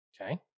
Okay